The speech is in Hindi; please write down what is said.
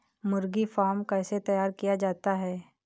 मुर्गी फार्म कैसे तैयार किया जाता है?